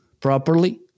properly